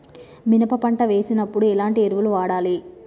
మినప పంట వేసినప్పుడు ఎలాంటి ఎరువులు వాడాలి?